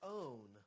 own